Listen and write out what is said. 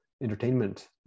entertainment